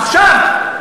עכשיו,